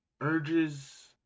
urges